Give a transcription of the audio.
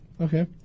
Okay